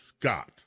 Scott